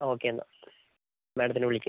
okay എന്നാൽ മാഡത്തിനെ വിളിക്കാം